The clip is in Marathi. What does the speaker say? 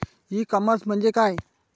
ई कॉमर्स म्हणजे काय?